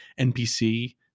npc